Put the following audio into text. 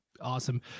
awesome